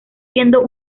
siendo